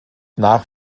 nach